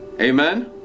Amen